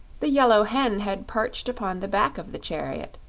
the yellow hen had perched upon the back of the chariot,